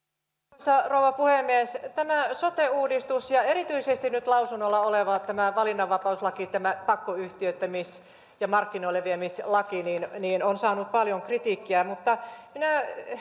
arvoisa rouva puhemies tämä sote uudistus ja erityisesti nyt tämä lausunnolla oleva valinnanvapauslaki tämä pakkoyhtiöittämis ja markkinoilleviemislaki on saanut paljon kritiikkiä mutta minä